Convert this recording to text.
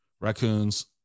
raccoons